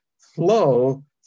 flow